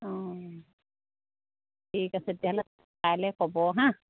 অঁ ঠিক আছে তেতিয়াহ'লে কাইলৈ ক'ব হা